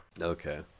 Okay